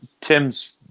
Tim's